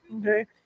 okay